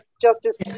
Justice